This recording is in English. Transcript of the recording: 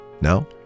Now